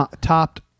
topped